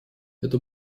это